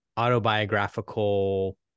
Autobiographical